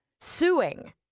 suing